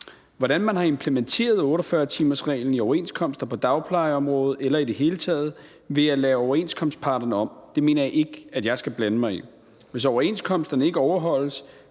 Hvordan man har implementeret 48-timersreglen i overenskomster på dagplejeområdet eller i det hele taget, vil jeg lade overenskomstparterne om. Det mener jeg ikke jeg skal blande mig i. Hvis overenskomsterne ikke overholdes,